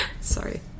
Sorry